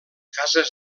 cases